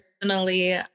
personally